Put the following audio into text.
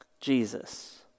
Jesus